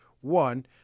one